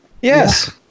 Yes